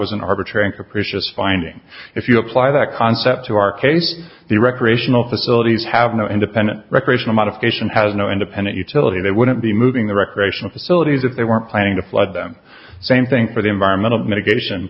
was an arbitrary and capricious finding if you apply that concept to our case the recreational facilities have no independent recreational modification has no independent utility they wouldn't be moving the recreational facilities if they were planning to flood them same thing for the environmental mitigation